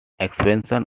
expansion